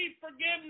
forgiveness